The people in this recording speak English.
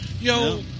yo